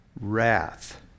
wrath